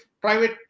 private